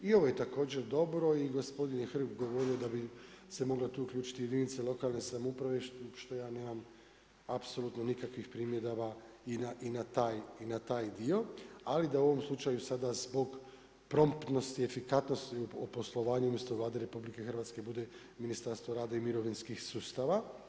I ovo je također dobro i gospodin je Hrg govorio da bi se mogle tu uključiti jedinice lokalne samouprave što ja nemam apsolutno nikakvih primjedaba i na taj dio ali da u ovom slučaju sada zbog promptnosti i efikasnosti o poslovanju umjesto Vlade RH bude Ministarstvo rada i mirovinskih sustava.